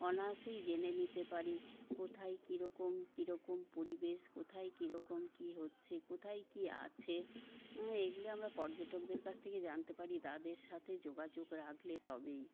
অনায়াসেই জেনে নিতে পারি কোথায় কিরকম কিরকম পরিবেশ কোথায় কিরকম কি হচ্ছে কোথায় কি আছে এগুলি আমরা পর্যটকদের কাছ থেকে জানতে পারি তাদের সাথে যোগাযোগ রাখলে তবেই